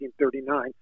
1939